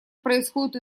происходит